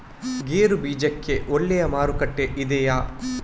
ಗೇರು ಬೀಜಕ್ಕೆ ಒಳ್ಳೆಯ ಮಾರುಕಟ್ಟೆ ಇದೆಯೇ?